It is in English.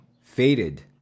Faded